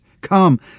Come